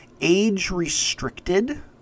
age-restricted